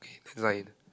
is like